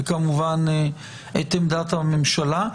וכמובן את עמדת הממשלה.